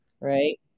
right